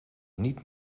niet